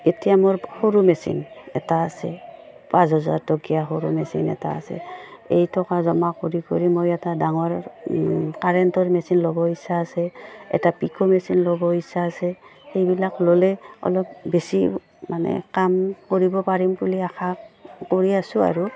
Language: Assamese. এতিয়া মোৰ সৰু মেচিন এটা আছে পাঁচ হাজাৰ টকীয়া সৰু মেচিন এটা আছে এই থকা জমা কৰি কৰি মই এটা ডাঙৰ কাৰেণ্টৰ মেচিন ল'ব ইচ্ছা আছে এটা পিকো মেচিন ল'ব ইচ্ছা আছে সেইবিলাক ল'লে অলপ বেছি মানে কাম কৰিব পাৰিম বুলি আশা কৰি আছোঁ আৰু